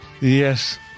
yes